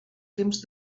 temps